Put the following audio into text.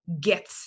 get